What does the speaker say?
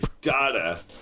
data